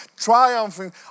triumphing